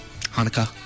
Hanukkah